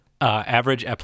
Average